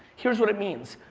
here's what it means.